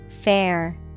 Fair